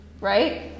Right